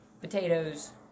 potatoes